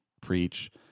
preach